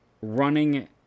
Running